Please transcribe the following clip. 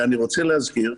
ואני רוצה להזכיר,